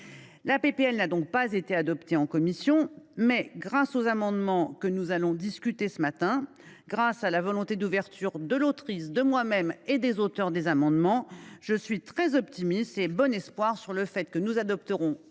de loi n’a pas été adoptée en commission, mais grâce aux amendements que nous allons examiner ce matin, grâce à la volonté d’ouverture de l’autrice, de moi même et des auteurs des amendements, je suis très optimiste et ai bon espoir que nous adopterons